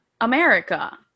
america